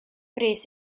brys